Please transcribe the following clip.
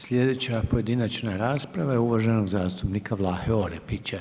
Slijedeća pojedinačna rasprava je uvaženog zastupnika Vlahe Orepića.